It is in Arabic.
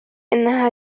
أنها